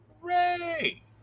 Hooray